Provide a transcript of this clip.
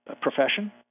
profession